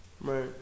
right